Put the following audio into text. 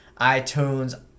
iTunes